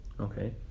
Okay